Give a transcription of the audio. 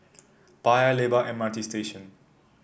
Paya Lebar M R T Station